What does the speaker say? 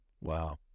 Wow